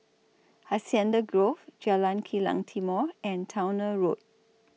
Hacienda Grove Jalan Kilang Timor and Towner Road